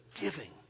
giving